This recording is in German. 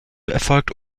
erfolgt